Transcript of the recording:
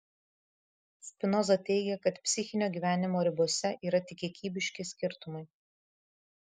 spinoza teigia kad psichinio gyvenimo ribose yra tik kiekybiški skirtumai